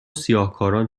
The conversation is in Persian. سیاهکاران